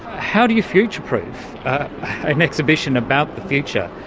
how do you future-proof an exhibition about the future,